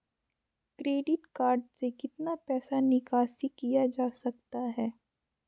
Credit card से कितना पैसा निकासी किया जा सकता है?